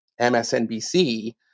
MSNBC